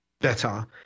better